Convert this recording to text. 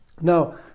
Now